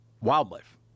wildlife